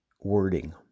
wording